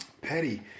Petty